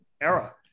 era